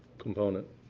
component?